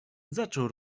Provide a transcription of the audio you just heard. zaczął